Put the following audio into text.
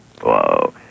Whoa